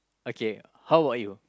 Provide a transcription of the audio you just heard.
okay how about you